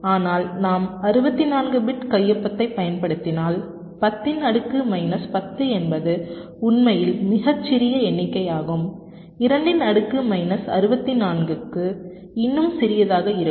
ஆனால் நாம் 64 பிட் கையொப்பத்தைப் பயன்படுத்தினால் 10 இன் அடுக்கு மைனஸ் 10 என்பது உண்மையில் மிகச் சிறிய எண்ணிக்கையாகும் 2 இன் அடுக்கு மைனஸ் 64 க்கு இன்னும் சிறியதாக இருக்கும்